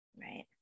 right